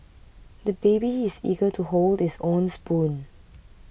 the baby is eager to hold his own spoon